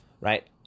right